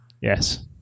Yes